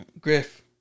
Griff